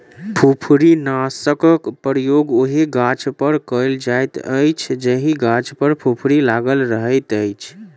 फुफरीनाशकक प्रयोग ओहि गाछपर कयल जाइत अछि जाहि गाछ पर फुफरी लागल रहैत अछि